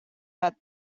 that